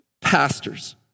Pastors